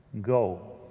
go